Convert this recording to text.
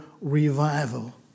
revival